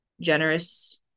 generous